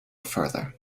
further